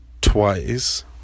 twice